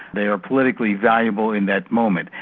they are politically valuable in that moment,